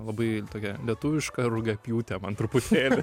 labai tokia lietuviška rugiapjūtė man truputėlį